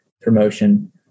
promotion